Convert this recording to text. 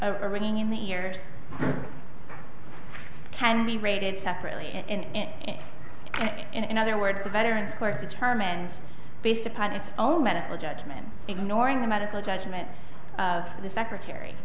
a ringing in the ears can be raided separately and in other words the veterans court determined based upon its own medical judgment ignoring the medical judgment of the secretary